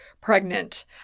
pregnant